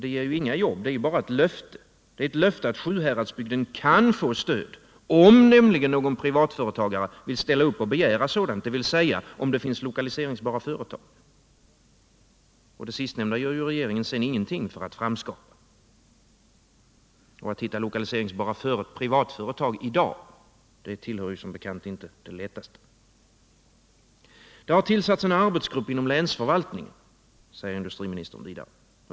Det ger inga jobb, det är ju bara ett löfte att Sjuhäradsbygden kan få stöd, om någon privatföretagare vill ställa upp och begära sådant, dvs. om det finns lokaliseringsbara företag. Men för att skapa sådana gör ju regeringen ingenting. Att hitta lokaliseringsbara privatföretag i dag tillhör som bekant inte det lättaste. Det har tillsatts en arbetsgrupp inom länsförvaltningen, säger industriministern vidare.